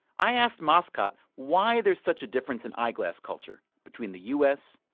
i asked moscot why there's such a difference in eyeglass culture between the u s.